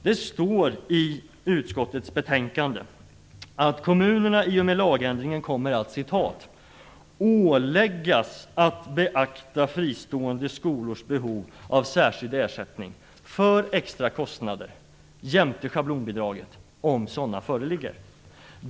Det står i utskottets betänkande att kommunerna i och med lagändringen kommer att åläggas att beakta fristående skolors behov av särskild ersättning för extra kostnader jämte schablonbidraget om sådana föreligger.